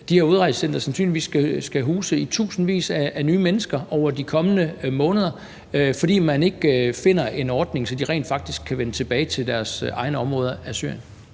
de her udrejsecentre sandsynligvis skal huse i tusindvis af nye mennesker over de kommende måneder, fordi man ikke finder en ordning, så de rent faktisk kan vende tilbage til deres egne områder af Syrien?